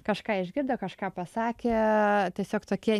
kažką išgirdę kažką pasakę tiesiog tokie